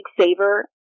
saver